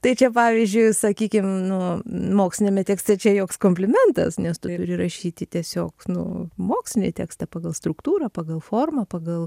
tai čia pavyzdžiui sakykim nu moksliniame tekste čia joks komplimentas nes tu turi rašyti tiesiog nu mokslinį tekstą pagal struktūrą pagal formą pagal